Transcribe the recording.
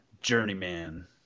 Journeyman